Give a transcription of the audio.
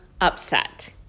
upset